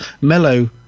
mellow